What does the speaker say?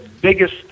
biggest